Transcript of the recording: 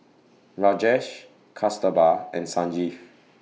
Rajesh Kasturba and Sanjeev